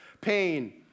pain